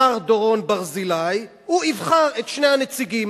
מר דורון ברזילי, הוא יבחר את שני הנציגים.